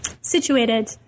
situated